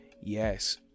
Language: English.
Yes